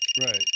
Right